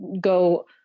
go